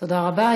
תודה רבה.